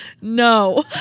No